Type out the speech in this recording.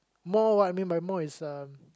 more what I mean by more is uh